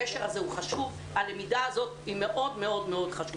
הקשר הזה הוא חשוב, הלמידה הזאת מאוד חשובה.